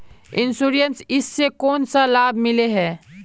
Insurance इस से कोन सा लाभ मिले है?